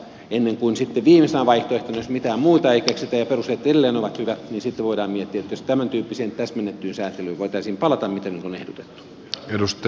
sitten vasta viimeisenä vaihtoehtona jos mitään muuta ei keksitä ja perusteet edelleen ovat hyvät voidaan miettiä että jos tämäntyyppiseen täsmennettyyn sääntelyyn voitaisiin palata miten nyt on ehdotettu